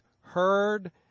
heard